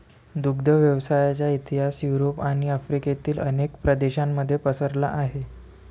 दुग्ध व्यवसायाचा इतिहास युरोप आणि आफ्रिकेतील अनेक प्रदेशांमध्ये पसरलेला आहे